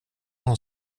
hon